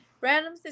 random